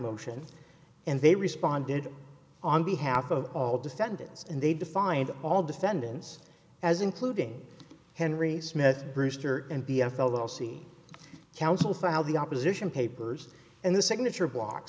motion and they responded on behalf of all defendants and they defined all defendants as including henry smith brewster and b f l o c counsel file the opposition papers and the signature block